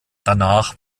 danach